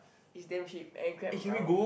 is damn cheap and Grab around